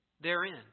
therein